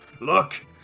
Look